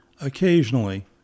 occasionally